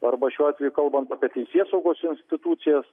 arba šiuo atveju kalbant apie teisėsaugos institucijas